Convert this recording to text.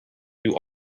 you